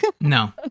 No